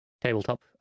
tabletop